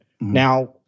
Now